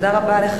תודה רבה לך.